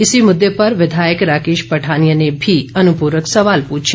इसी मुद्दे पर विधायक राकेश पठानिया ने भी अनुपूरक सवाल पूछे